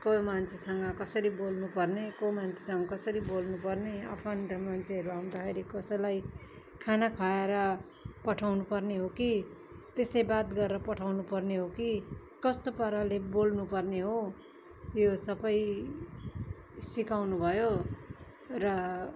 को मान्छेसँग कसरी बोल्नु पर्ने को मान्छेसँग कसरी बोल्नु पर्ने आफन्त मान्छेहरू आउँदाखेरि कसैलाई खाना खुवाएर पठाउनु पर्ने हो कि त्यसै बात गरेर पठाउनु पर्ने हो कि कस्तो पाराले बोल्नु पर्ने हो यो सबै सिकाउनु भयो र